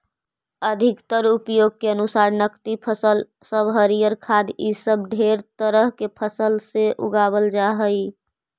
अधिकतर उपयोग के अनुसार नकदी फसल सब हरियर खाद्य इ सब ढेर तरह के फसल सब उगाबल जा हई